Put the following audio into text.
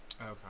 okay